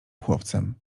chłopcem